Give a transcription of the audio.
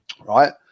right